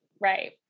Right